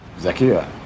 Zakia